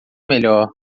melhor